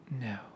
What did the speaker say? No